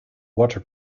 water